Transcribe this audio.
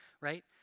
right